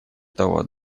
того